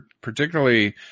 particularly